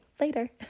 later